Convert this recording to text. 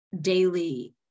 Daily